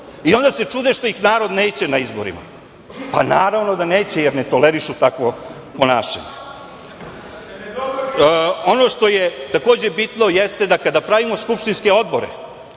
Onda se čude što ih narod neće na izborima. Naravno da neće, jer ne tolerišu takvo ponašanje. Ono što je bitno, jeste da kada pravimo skupštinske odbore